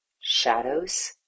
shadows